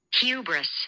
Hubris